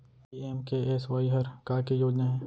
PMKSY हर का के योजना हे?